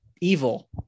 evil